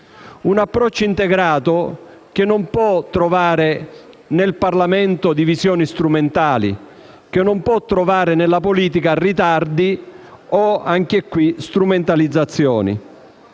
approccio integrato non può trovare nel Parlamento divisioni strumentali e non può trovare nella politica ritardi o strumentalizzazioni.